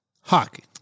Hockey